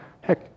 Heck